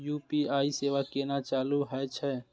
UPI सेवा केना चालू है छै?